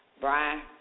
Brian